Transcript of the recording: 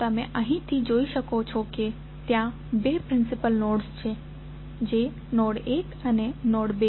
તમે અહીંથી જોઈ શકો છો કે ત્યાં બે પ્રિન્સિપલ નોડ્સ છે જે નોડ 1 અને નોડ 2 છે